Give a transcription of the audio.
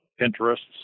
interests